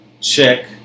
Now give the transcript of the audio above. check